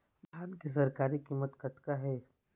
धान के सरकारी कीमत कतका हे?